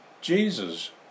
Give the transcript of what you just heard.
Jesus